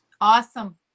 Awesome